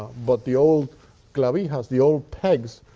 but the old clavijas, the old pegs,